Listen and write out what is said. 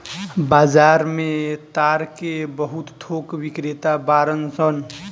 बाजार में ताड़ के बहुत थोक बिक्रेता बाड़न सन